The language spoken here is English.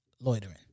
loitering